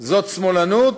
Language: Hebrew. זאת שמאלנות,